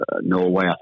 Norway